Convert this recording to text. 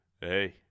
Hey